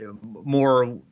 more